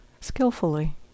skillfully